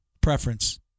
preference